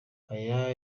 aya